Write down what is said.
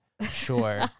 Sure